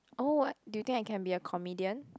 oh what do you think I can be a comedian